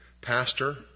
pastor